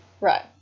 Right